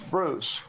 Bruce